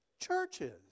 Churches